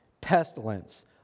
pestilence